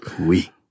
Oui